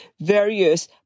various